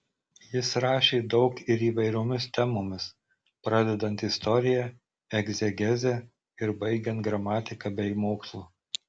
jis rašė daug ir įvairiomis temomis pradedant istorija egzegeze ir baigiant gramatika bei mokslu